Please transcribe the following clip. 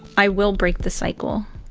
i will break the cycle.